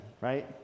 right